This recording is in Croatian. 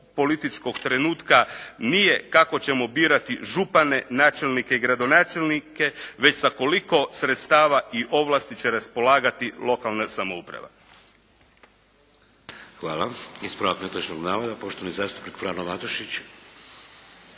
političkog trenutka nije kako ćemo birati županije, načelnike i gradonačelnike, već sa koliko sredstava i ovlasti će raspolagati lokalna samouprava. **Šeks, Vladimir (HDZ)** Hvala. Ispravak netočnog navoda, poštovani zastupnik Frano Matušić.